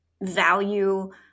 value